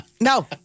No